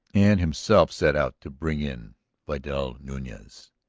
and himself set out to bring in vidal nunez,